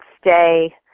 stay